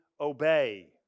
obey